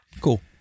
Cool